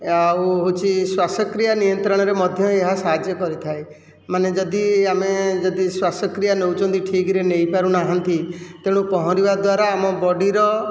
ଆଉ ହେଉଛି ଶ୍ଵାସକ୍ରିୟା ନିୟନ୍ତ୍ରଣରେ ମଧ୍ୟ ଏହା ସାହାଯ୍ୟ କରିଥାଏ ମାନେ ଯଦି ଆମେ ଯଦି ଶ୍ୱାସକ୍ରିୟା ନେଉଛନ୍ତି ଠିକ୍ରେ ନେଇପାରୁନାହାନ୍ତି ତେଣୁ ପହଁରିବା ଦ୍ୱାରା ଆମ ବଡିର